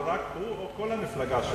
אתה מתכוון רק לו או לכל המפלגה שלו?